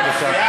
בבקשה.